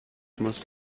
must